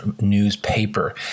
newspaper